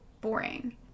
boring